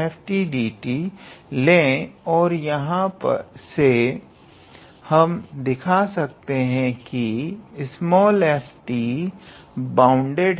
acftdt ले और यहां से हम दिखा सकते हैं कि f बाउंडेड है